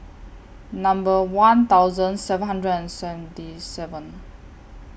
Number one thousand seven hundred and seventy seven